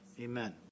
Amen